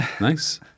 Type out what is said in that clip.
Nice